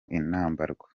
inambarwa